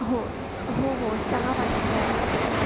हो हो हो सहा माणसं आहेत आमच्यासोबत